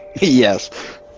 Yes